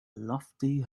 lofty